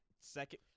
second